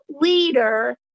leader